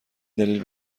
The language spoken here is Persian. دلیل